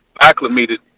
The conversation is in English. acclimated